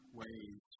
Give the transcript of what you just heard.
ways